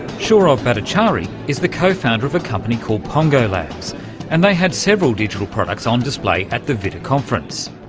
shourov bhattacharya is the co-founder of a company called pongo labs and they had several digital products on display at the vitta conference,